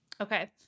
Okay